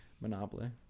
Monopoly